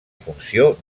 funció